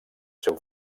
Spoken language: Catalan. seu